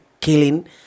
killing